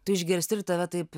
tu išgirsti ir tave taip